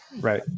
Right